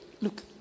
Look